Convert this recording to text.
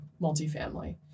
multifamily